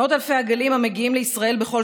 מאות אלפי עגלים וכבשים המגיעים לישראל בכל